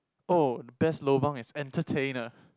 oh best lobang is entertainer